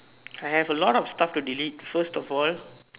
I have a lot of stuff to delete first of all